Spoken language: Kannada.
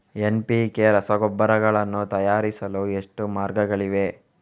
ಎನ್.ಪಿ.ಕೆ ರಸಗೊಬ್ಬರಗಳನ್ನು ತಯಾರಿಸಲು ಎಷ್ಟು ಮಾರ್ಗಗಳಿವೆ?